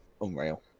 unreal